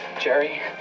Jerry